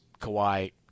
Kawhi